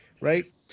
right